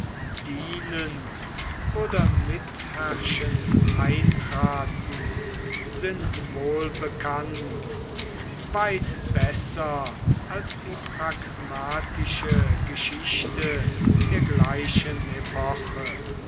dienend oder mitherrschend eintraten sind wohlbekannt weit besser als die pragmatische geschichte der gleichen epoche